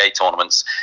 tournaments